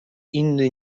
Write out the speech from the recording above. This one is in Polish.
inny